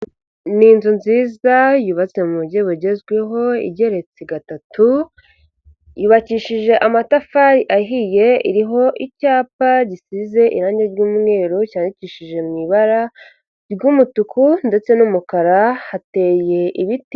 Ni inzu nziza yubatse mu buryo bugezweho igeretse gatatu, yubakishije amatafari ahiye, iriho icyapa gisize irangi ry'umweru cyandikishije mu ibara ry'umutuku ndetse n'umukara hateye ibiti.